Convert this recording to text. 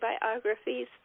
biographies